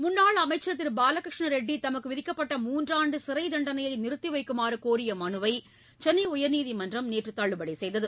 முன்னாள் அமைச்சர் திரு பாலகிருஷ்ண ரெட்டி தமக்கு விதிக்கப்பட்ட மூன்றாண்டு சிறைத்தண்டனையை நிறுத்தி வைக்குமாறு கோரிய மனுவை சென்னை உயர்நீதிமன்றம் நேற்று தள்ளுபடி செய்தது